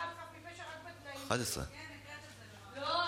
2 נתקבלו.